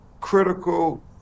critical